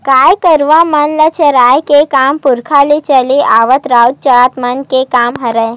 गाय गरु मन ल चराए के काम पुरखा ले चले आवत राउत जात मन के काम हरय